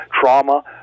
trauma